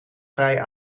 vrij